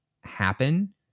happen